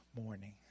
morning